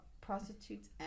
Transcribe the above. prostitutes